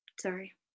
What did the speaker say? sorry